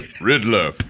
Riddler